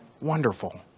wonderful